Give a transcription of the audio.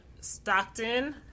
Stockton